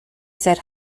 said